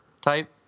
type